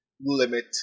limit